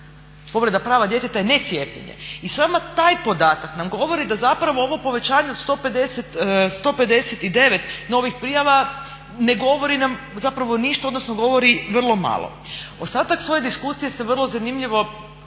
Povreda prava djeteta je ne cijepljenje. I sami taj podatak nam govori da zapravo ovo povećanje od 159 novih prijava ne govori nam zapravo ništa odnosno govori vrlo malo. Ostatak svoje diskusije ste vrlo zanimljivo, zapravo